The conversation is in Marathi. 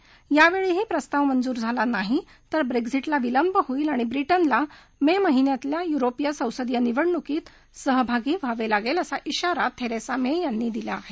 मात्र यावेळीही प्रस्ताव मंजूर झाला नाही तर ब्रेग्झिटला आणखी विलंब होईल आणि ब्रिटनला मे महिन्यात होणाऱ्या यूरोपीय संसदीय निवडणुकीत सहभागी व्हावे लागेल असा इशारा थेरेसा मे यांनी दिला आहे